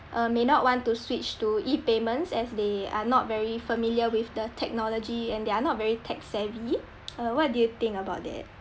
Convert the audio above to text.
uh may not want to switch to E payments as they are not very familiar with the technology and they are not very tech savvy uh what do you think about that